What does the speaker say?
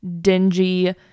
dingy